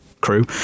crew